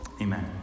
Amen